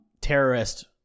terrorist